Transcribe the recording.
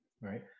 right